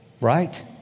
right